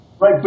Right